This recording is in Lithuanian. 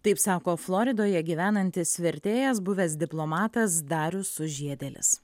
taip sako floridoje gyvenantis vertėjas buvęs diplomatas darius sužiedėlis